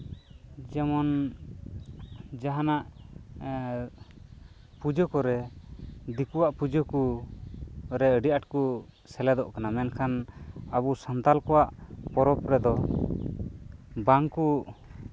ᱡᱮᱢᱚᱱ ᱡᱟᱸᱦᱟᱱᱟᱜ ᱯᱩᱡᱟᱹ ᱠᱚᱨᱮ ᱫᱤᱠᱩᱣᱟᱜ ᱯᱩᱡᱟᱹ ᱠᱚ ᱨᱮ ᱟᱹᱰᱤ ᱟᱸᱴ ᱠᱚ ᱥᱮᱞᱮᱫᱚᱜ ᱠᱟᱱᱟ ᱢᱮᱱᱠᱷᱟᱱ ᱟᱵᱚ ᱥᱟᱱᱛᱟᱞ ᱠᱚᱣᱟᱜ ᱯᱚᱨᱚᱵᱽ ᱨᱮᱫᱚ ᱵᱟᱝ ᱠᱚ